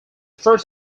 first